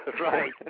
Right